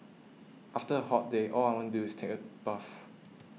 after a hot day all I want to do is take a bath